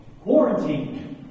Quarantine